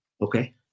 Okay